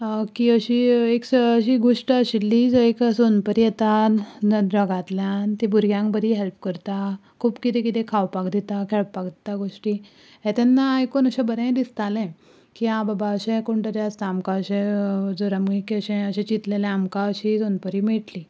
की एक अशी गोश्ट आशिल्ली जंय एक सोनपरी येता ढगांतल्यान ती भुरग्यांक बरी हेल्प करता खूब किदें किदें खावपाक दिता खेळपाक दिता गोश्टी हें तेन्ना आयकून अशें बरें दिसतालें की हा बाबा अशें कोण तरी आसता आमकां अशें जर आमी अशें चिंतलें जाल्या आमकां अशी सोनपरी मेळटली